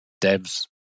devs